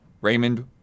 Raymond